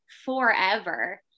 forever